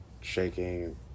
shaking